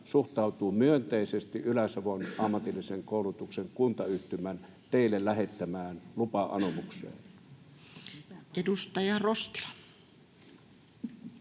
suhtautuu myönteisesti Ylä-Savon ammatillisen koulutuksen kuntayhtymän teille lähettämään lupa-anomukseen. [Speech 133]